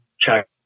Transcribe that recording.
check